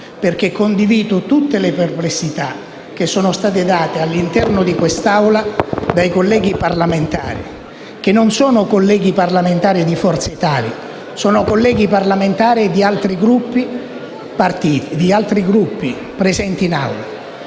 perché condivido tutte le perplessità che sono state espresse all'interno di quest'Aula dai colleghi parlamentari, che non sono colleghi parlamentari di Forza Italia, ma sono colleghi parlamentari di altri Gruppi presenti in Aula.